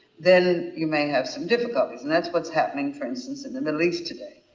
then you may have some difficulties and that's what's happening for instance in the middle east today.